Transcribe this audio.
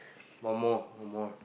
one more one more